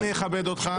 אני מכבד אותך.